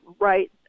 right